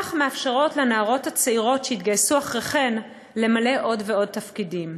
וכך מאפשרות לנערות הצעירות שיתגייסו אחריכן למלא עוד ועוד תפקידים,